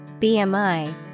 BMI